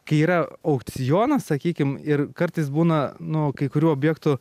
kai yra aukcionas sakykim ir kartais būna nu kai kurių objektų